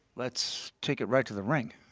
let's take it right to the ring